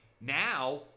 now